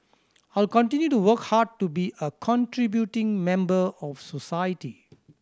how continue to work hard to be a contributing member of society